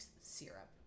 syrup